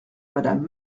madame